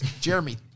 Jeremy